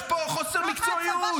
יש פה חוסר מקצועיות,